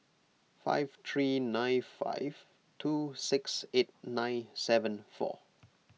five three nine five two six eight nine seven four